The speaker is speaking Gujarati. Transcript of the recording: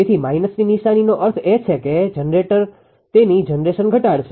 તેથી માઈનસની નિશાનીનો અર્થ એ છે કે જનરેટર તેની જનરેશન ઘટાડશે